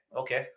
okay